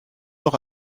noch